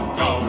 go